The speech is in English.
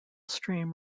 stream